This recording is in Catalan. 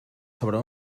sobre